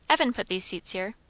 evan put these seats here.